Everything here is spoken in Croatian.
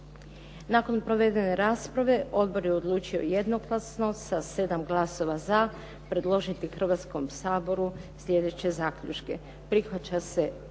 Nakon provedene rasprave odbor je odlučio jednoglasno sa 7 glasova za predložiti Hrvatskom saboru sljedeće zaključke. Prihvaća se